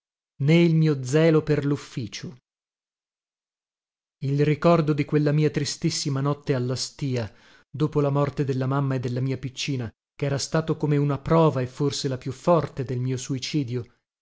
il mio zelo per lufficio il ricordo di quella mia tristissima notte alla stìa dopo la morte della mamma e della mia piccina chera stato come una prova e forse la più forte del mio suicidio